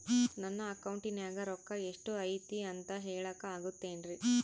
ನನ್ನ ಅಕೌಂಟಿನ್ಯಾಗ ರೊಕ್ಕ ಎಷ್ಟು ಐತಿ ಅಂತ ಹೇಳಕ ಆಗುತ್ತೆನ್ರಿ?